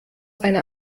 einer